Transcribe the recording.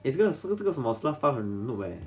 eh 这个是这个什么 stork farm from nowhere